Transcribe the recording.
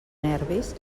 nervis